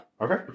Okay